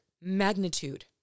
magnitude